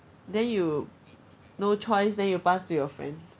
then you no choice then you pass to your friend